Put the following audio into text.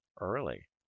early